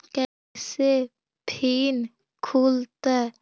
कैसे फिन खुल तय?